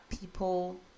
people